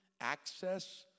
access